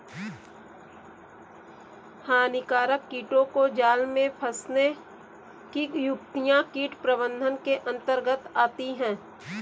हानिकारक कीटों को जाल में फंसने की युक्तियां कीट प्रबंधन के अंतर्गत आती है